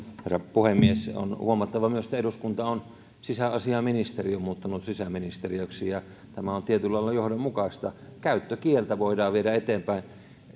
herra puhemies on huomattava myös että eduskunta on sisäasiainministeriön muuttanut sisäministeriöksi ja tämä on tietyllä lailla johdonmukaista käyttökieltä voidaan viedä eteenpäin